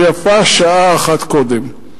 ויפה שעה אחת קודם.